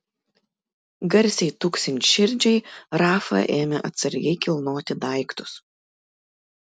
garsiai tuksint širdžiai rafa ėmė atsargiai kilnoti daiktus